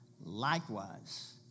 Likewise